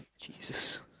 Jesus